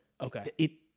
Okay